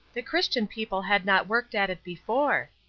that christian people had not worked at it before.